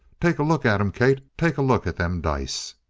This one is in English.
take a look at em, kate. take a look at them dice!